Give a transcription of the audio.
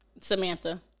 Samantha